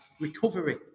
recovery